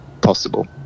possible